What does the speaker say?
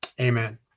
amen